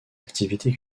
activités